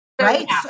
right